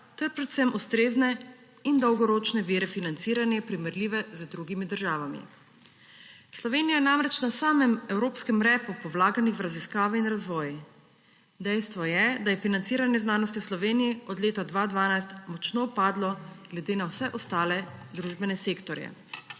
ter predvsem ustrezne in dolgoročne vire financiranja, primerljive z drugimi državami. Slovenija je namreč na samem evropskem repu po vlaganjih v raziskave in razvoj. Dejstvo je, da je financiranje znanosti v Sloveniji od leta 2012 močno padlo glede na vse ostale družbene sektorje.